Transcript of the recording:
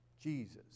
Jesus